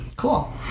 Cool